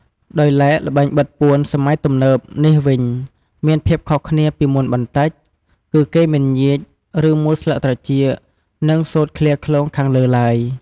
ដោយឡែកល្បែងបិទបួនសម័យទំនើបនេះវិញ មានភាពខុសគ្នាពីមុនបន្តិច គឺគេមិនញៀច ឬ មូលស្លឹកត្រចៀក និងសូត្រឃ្លាឃ្លោងខាងលើឡើយ។